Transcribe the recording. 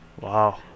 Wow